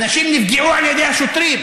אנשים נפגעו על ידי השוטרים,